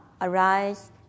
arise